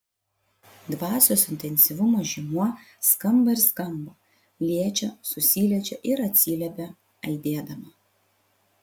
dvasios intensyvumo žymuo skamba ir skamba liečia susiliečia ir atsiliepia aidėdama